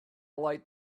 light